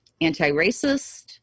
anti-racist